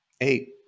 eight